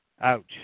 ouch